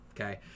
Okay